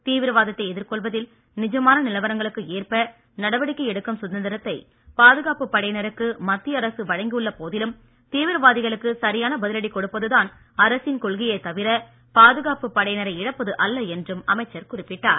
தீவிரவாதத்தை எதிர்கொள்வதில் நிஜமான நிலவரங்களுக்கு ஏற்ப நடவடிக்கை எடுக்கும் சுதந்திரத்தை பாதுகாப்பு படையினருக்கு மத்திய அரசு வழங்கியுள்ள போதிலும் தீவிரவாதிகளுக்கு சரியான பதிலடி கொடுப்பது தான் அரசின் கொள்கையே தவிர பாதுகாப்பு படையினரை இழப்பது அல்ல என்றும் அமைச்சர் குறிப்பிட்டார்